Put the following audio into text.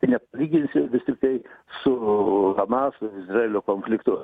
tai nepalyginsi vis tiktai su hamas izraelio konfliktu